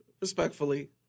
respectfully